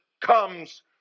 comes